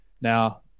Now